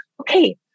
okay